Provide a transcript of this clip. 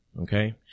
Okay